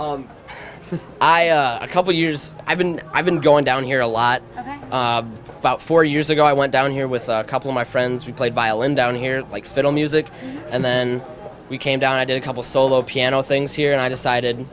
i a couple of years i've been i've been going down here a lot about four years ago i went down here with a couple of my friends we played violin down here like fiddle music and then we came down to do a couple solo piano things here and i decided